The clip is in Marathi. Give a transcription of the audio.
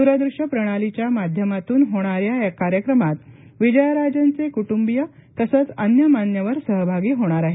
द्रदृश्य प्रणालीच्या माध्यमातून होणाऱ्या या कार्यक्रमात विजयराजेंचे कुटुंबीय तसंच अन्य मान्यवर सहभागी होणार आहेत